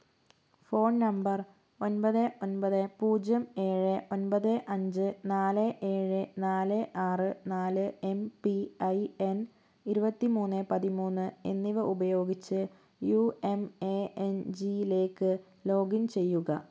phone number ഒൻപത് ഒൻപത് പൂജ്യം ഏഴ് ഒൻപത് അഞ്ച് നാല് ഏഴ് നാല് ആറ് നാല് എം പി ഐ എൻ ഇരുപത്തിമൂന്ന് പതിമൂന്ന് എന്നിവ ഉപയോഗിച്ച് യു എം എ എൻ ജിയിലേക്ക് ലോഗിൻ ചെയ്യുക